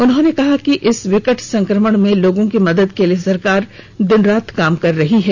उन्होंने कहा कि इस विकट संक्रमण में लोगों की मदद के लिए सरकार दिन रात काम कर ही है